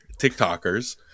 TikTokers